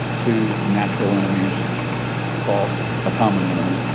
two natural enemies fought a common enemy